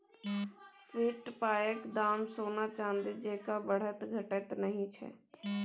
fiat पायक दाम सोना चानी जेंका बढ़ैत घटैत नहि छै